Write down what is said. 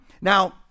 Now